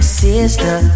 sister